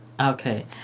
okay